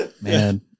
Man